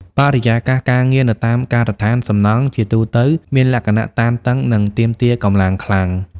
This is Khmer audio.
បរិយាកាសការងារនៅតាមការដ្ឋានសំណង់ជាទូទៅមានលក្ខណៈតានតឹងនិងទាមទារកម្លាំងខ្លាំង។